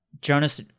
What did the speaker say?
Jonas